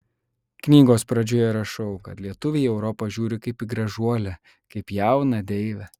knygos pradžioje rašau kad lietuviai į europą žiūri kaip į gražuolę kaip jauną deivę